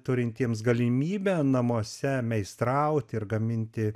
turintiems galimybę namuose meistrauti ir gaminti